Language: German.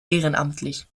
ehrenamtlich